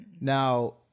Now